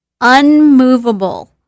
unmovable